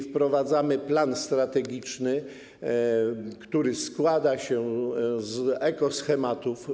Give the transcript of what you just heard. Wprowadzamy plan strategiczny, który składa się z ekoschematów.